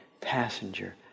passenger